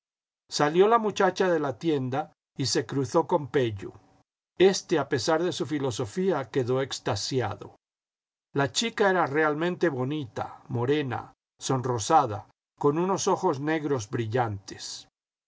salió la muchacha de la tienda y se cruzó con pello este a pesar de su filosofía quedó extasiado la chica era realmente bonita morena sonrosada con unos ojos negros brillantes